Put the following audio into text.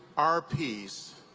our peace,